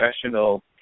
professional